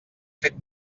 fet